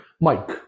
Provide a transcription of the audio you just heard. Mike